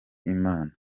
imana